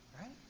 right